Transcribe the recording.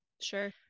Sure